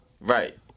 Right